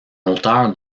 auteur